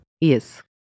Yes